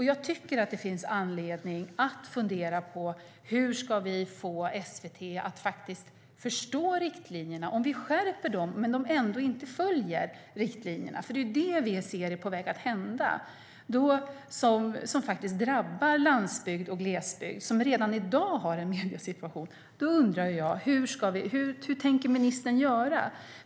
Jag tycker att det finns anledning att fundera på hur vi ska få SVT att faktiskt förstå riktlinjerna om vi nu skärper dem men de ändå inte följs. Det är nämligen det vi ser är på väg att hända, och det drabbar landsbygd och glesbygd som redan i dag har en ansträngd mediesituation. Då undrar jag: Hur tänker ministern göra?